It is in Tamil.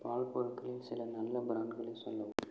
பால் பொருட்களில் சில நல்ல ப்ராண்ட்களை சொல்லவும்